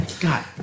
God